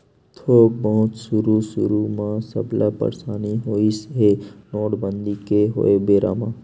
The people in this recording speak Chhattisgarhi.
थोक बहुत सुरु सुरु म सबला परसानी होइस हे नोटबंदी के होय बेरा म